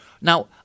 Now